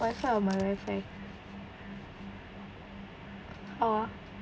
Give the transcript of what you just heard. WIFI or my WIFI oh